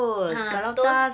ah betul